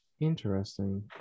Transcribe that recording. Interesting